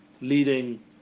leading